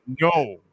No